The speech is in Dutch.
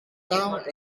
taal